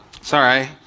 Sorry